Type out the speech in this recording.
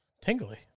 tingly